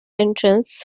entrance